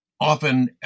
often